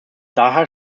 daher